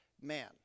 man